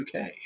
UK